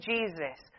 Jesus